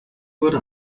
wurde